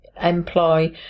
employ